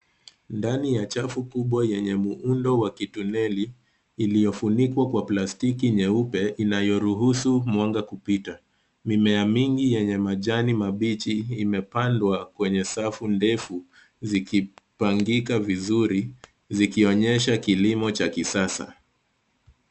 Ndani ya chufu kubwa yenye muundo wa kituleli iliyofunikwa kwa plastiki nyeupe inayruhusu mwanga kupita. Mimea mingi yenye majani mabichi imepandwa kwenye safu ndefu zikipangika vizuri zikionyesha kilimo cha kisasa.